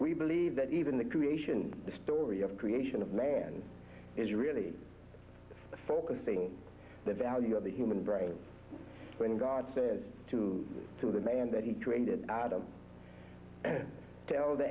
we believe that even the creation story of creation of man is really focusing on the value of the human brain when god says to to the man that he created adam tell the